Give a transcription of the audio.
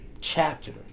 chapter